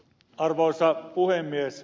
arvoisa puhemies